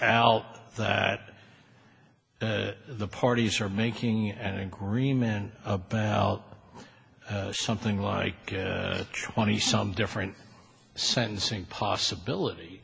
out that the parties are making and agreement about something like twenty some different sentencing possibility